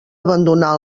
abandonar